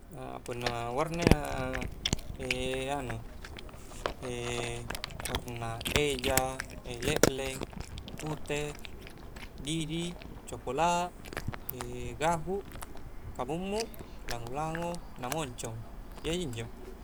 punna warna ia anu, warna eja, lekleng, pute, didi, cokola, gahu' kamummu', lango-lango, na moncong iyajinjo.